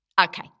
Okay